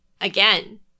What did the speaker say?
Again